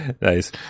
Nice